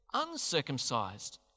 Uncircumcised